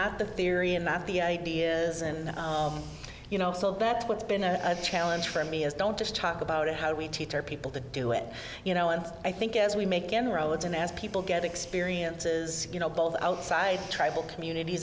not the theory and not the ideas and you know that's what's been a challenge for me is don't just talk about it how do we teach our people to do it you know and i think as we make inroads and as people get experiences you know both outside tribal communit